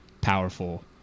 powerful